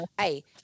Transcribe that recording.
Hey